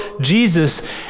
Jesus